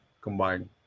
combined